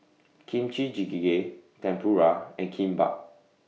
Kimchi Jjigae Tempura and Kimbap